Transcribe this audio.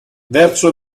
verso